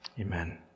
amen